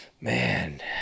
man